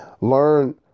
Learn